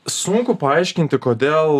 sunku paaiškinti kodėl